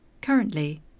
Currently